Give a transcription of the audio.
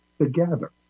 together